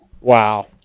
Wow